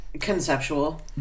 conceptual